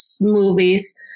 movies